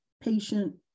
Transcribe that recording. patient